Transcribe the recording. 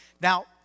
Now